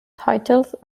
titles